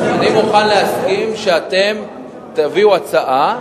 אני מוכן להסכים שאתם תביאו הצעה,